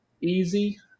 easy